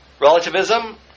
Relativism